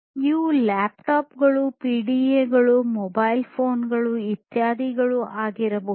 ಇವು ಲ್ಯಾಪ್ಟಾಪ್ಗಳು ಪಿಡಿಎಗಳು ಮೊಬೈಲ್ ಫೋನ್ಗಳು ಇತ್ಯಾದಿ ಆಗಿರಬಹುದು